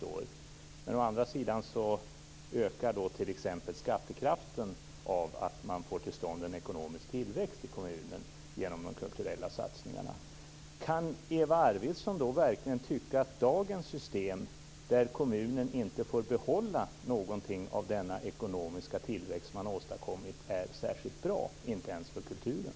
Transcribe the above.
Å andra sidan ökar t.ex. skattekraften när man får till stånd en ekonomisk tillväxt i kommunen genom de kulturella satsningarna. Kan Eva Arvidsson då verkligen tycka att dagens system, där kommunen inte får behålla någonting av den ekonomiska tillväxt som man har åstadkommit, är särskilt bra ens för kulturen?